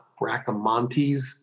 Bracamontes